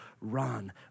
run